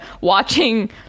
Watching